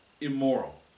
immoral